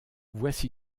voici